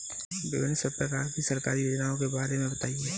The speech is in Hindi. विभिन्न प्रकार की सरकारी योजनाओं के बारे में बताइए?